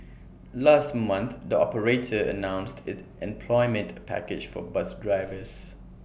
last month the operator announced its employment package for bus drivers